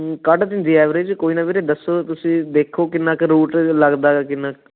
ਕੱਢ ਦਿੰਦੀ ਐਵਰੇਜ ਕੋਈ ਨਾ ਵੀਰੇ ਦੱਸੋ ਤੁਸੀਂ ਦੇਖੋ ਕਿੰਨਾ ਕੁ ਰੂਟ ਲੱਗਦਾ ਕਿੰਨਾ